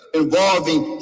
involving